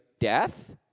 death